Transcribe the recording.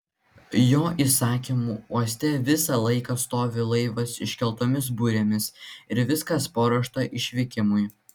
jo įsakymu uoste visą laiką stovi laivas iškeltomis burėmis ir viskas paruošta išvykimui